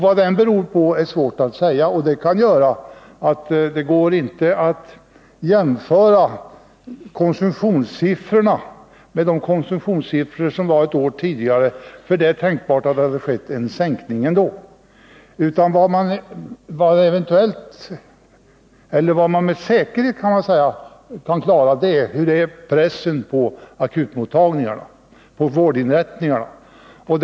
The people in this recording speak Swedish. Vad detta beror på är svårt att säga, men det kan leda till att det blir svårt att jämföra med konsumtionssiffrorna för ett år sedan. Det är tänkbart att det hade skett en sänkning ändå. Men vad vi med säkerhet kan få veta är om pressen på akutmottagningarna och vårdinrättningarna ändras.